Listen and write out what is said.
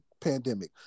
pandemic